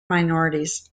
minorities